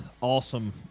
awesome